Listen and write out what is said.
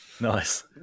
Nice